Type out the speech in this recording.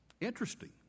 Interesting